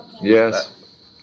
Yes